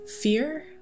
Fear